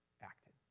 acted